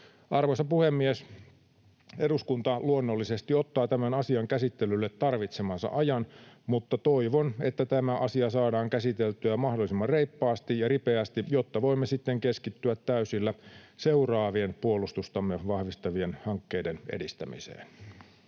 Arvoisa puhemies! Eduskunta luonnollisesti ottaa tämän asian käsittelylle tarvitsemansa ajan, mutta toivon, että tämä asia saadaan käsiteltyä mahdollisimman reippaasti ja ripeästi, jotta voimme sitten keskittyä täysillä seuraavien puolustustamme vahvistavien hankkeiden edistämiseen.